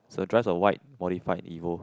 so drives a white Modified Evo